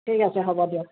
ঠিক আছে হ'ব দিয়ক